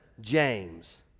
James